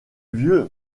vieux